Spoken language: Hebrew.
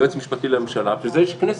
יועץ משפטי לממשלה בשביל זה יש כנסת.